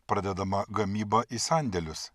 pradedama gamyba į sandėlius